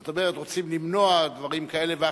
זאת אומרת, רוצים למנוע דברים כאלה ואחרים.